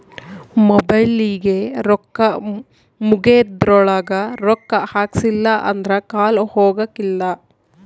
ಮೊಬೈಲಿಗೆ ರೊಕ್ಕ ಮುಗೆದ್ರೊಳಗ ರೊಕ್ಕ ಹಾಕ್ಸಿಲ್ಲಿಲ್ಲ ಅಂದ್ರ ಕಾಲ್ ಹೊಗಕಿಲ್ಲ